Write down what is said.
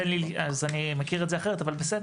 אוקי, אז תן לי, אז אני מכיר את זה אחרת אבל בסדר.